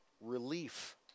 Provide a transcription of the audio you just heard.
relief